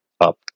up